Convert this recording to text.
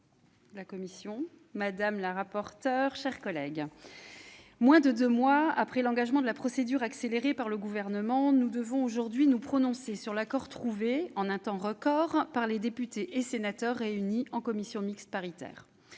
le président, madame la ministre, chers collègues, moins de deux mois après l'engagement de la procédure accélérée par le Gouvernement, nous devons aujourd'hui nous prononcer sur l'accord trouvé, en un temps record, par les députés et les sénateurs réunis en commission mixte paritaire.